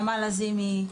נעמה לזימי,